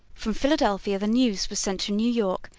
from philadelphia the news was sent to new york,